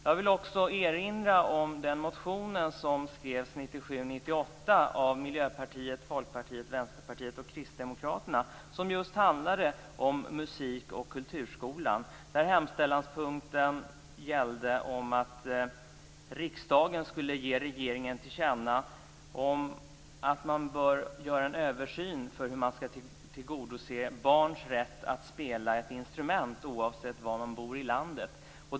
Jag vill också erinra om den motion som skrevs 1997/98 av Miljöpartiet, Folkpartiet, Vänsterpartiet och Kristdemokraterna och som just handlade om musik och kulturskolan och där hemställanspunkten gällde att riksdagen skulle ge regeringen till känna att man bör göra en översyn för hur man skall tillgodose barns rätt att spela ett instrument oavsett var i landet man bor.